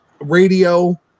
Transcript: radio